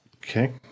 Okay